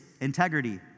integrity